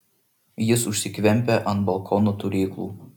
jis užsikvempia ant balkono turėklų